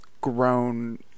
grown